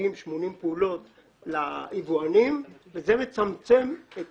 בערך 80 פעולות ליבואנים וזה מצמצם את